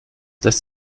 lässt